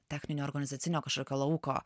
techninio organizacinio kažkokio lauko